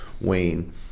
Wayne